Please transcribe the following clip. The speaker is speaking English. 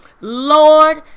Lord